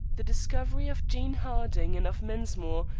the discovery of jane harding and of mensmore,